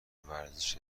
ورزش